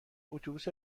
اتوبوس